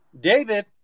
David